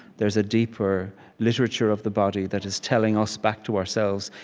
there's a deeper literature of the body that is telling us back to ourselves,